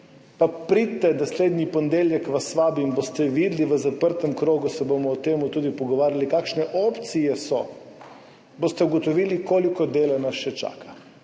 pa pridite naslednji ponedeljek, vas vabim, boste videli, v zaprtem krogu se bomo o tem tudi pogovarjali, kakšne opcije so, boste ugotovili, koliko dela nas še čaka.